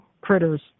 critters